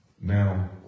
Now